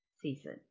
season